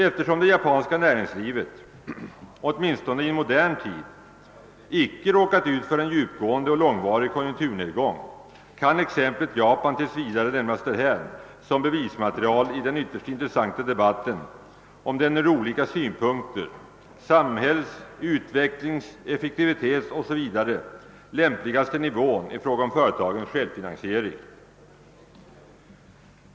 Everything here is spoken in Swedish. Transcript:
Eftersom det japanska näringslivet, åtminstone i modern tid, icke råkat ut för en djupgående och långvarig konjunkturnedgång kan exemplet Japan tills vidare lämnas därhän som bevismaterial i den ytterst intressanta debatten om den från olika synpunkter — bl.a. från . samhälls-, utvecklings-, effektivitetssynpunkt — lämpligaste nivån i fråga om företagens självfinansiering.